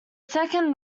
second